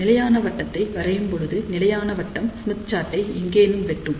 நிலையான வட்டத்தை வரையும் பொழுது நிலையான வட்டம் ஸ்மித் சார்ட்டை எங்கேனும் வெட்டும்